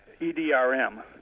EDRM